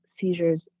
seizures